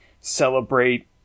celebrate